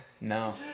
No